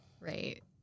Right